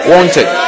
Wanted